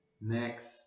next